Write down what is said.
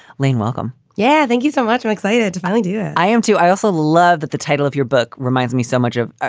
lane, welcome. yeah. thank you so much. i'm excited to finally do you. yeah i am, too. i also love that the title of your book reminds me so much of.